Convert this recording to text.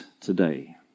today